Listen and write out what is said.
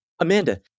Amanda